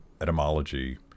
etymology